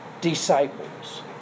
disciples